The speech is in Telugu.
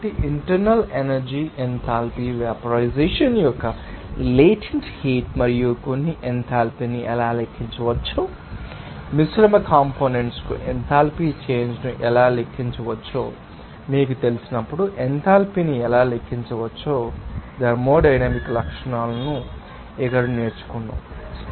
కాబట్టి ఇంటర్నల్ ఎనర్జీ ఎంథాల్పీ వేపరైజెషన్ యొక్క లేటెంట్ హీట్ మరియు కొన్ని ఎంథాల్పీని ఎలా లెక్కించవచ్చో మిశ్రమ కంపోనెంట్స్ కు ఎంథాల్పీ చేంజ్ ను ఎలా లెక్కించవచ్చో మీకు తెలిసినప్పుడు ఎంథాల్పీని ఎలా లెక్కించవచ్చో వంటి కొన్ని థర్మోడైనమిక్ లక్షణాలను మేము ఇక్కడ నేర్చుకున్నాము